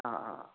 ആ